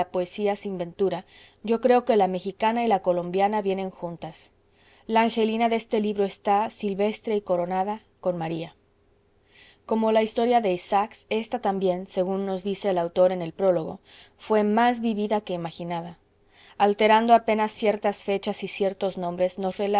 poesía sin ventura yo creo que la mexicana y la colombiana vienen juntas la angelina de este libro está silvestre y coronada con maría como la historia de isaacs ésta también según nos dice el autor en el prólogo fué más vivida que imaginada alterando apenas ciertas fechas y ciertos nombres nos